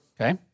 Okay